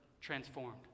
transformed